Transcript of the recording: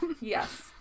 Yes